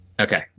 Okay